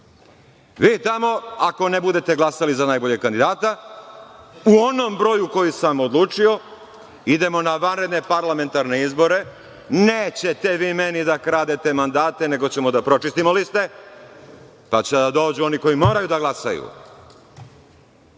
Vi tamo ako ne budete glasali za najboljeg kandidata, u onom broju koji sam odlučio, idemo na vanredne parlamentarne izbore, nećete vi meni da kradete mandate, nego ćemo da pročistimo liste, pa će da dođu oni koji moraju da glasaju.